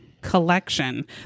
collection